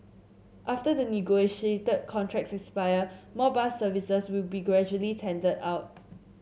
after the negotiated contracts expire more bus services will be gradually tendered out